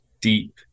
deep